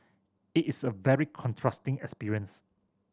it is a very contrasting experience